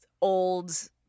old